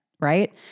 right